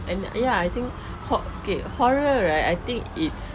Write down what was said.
and ya I think horr~ okay horror right I think it's